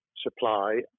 supply